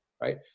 Right